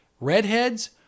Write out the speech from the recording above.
Redheads